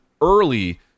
early